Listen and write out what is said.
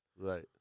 Right